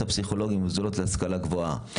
הפסיכולוגים במוסדות להשכלה גבוהה,